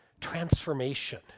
transformation